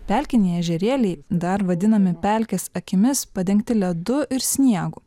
pelkiniai ežerėliai dar vadinami pelkės akimis padengti ledu ir sniegu